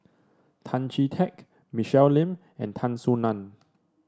Tan Chee Teck Michelle Lim and Tan Soo Nan